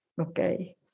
okay